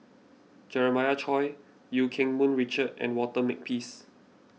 Jeremiah Choy Eu Keng Mun Richard and Walter Makepeace